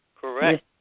Correct